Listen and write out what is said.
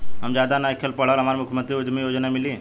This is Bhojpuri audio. हम ज्यादा नइखिल पढ़ल हमरा मुख्यमंत्री उद्यमी योजना मिली?